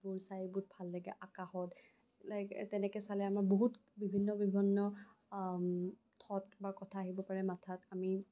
বোৰ চাই বহুত ভাল লাগে আকাশত লাইক তেনেকে চালে আমাৰ বহুত বিভিন্ন বিভিন্ন থত বা কথা আহিব পাৰে মাথাত আমি